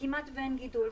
וכמעט ואין גידול.